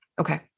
Okay